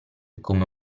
come